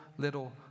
little